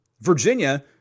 Virginia